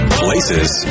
places